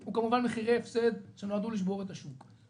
הוא כמובן מחירי הפסד שנועדו לשבור את השוק.